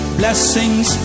blessings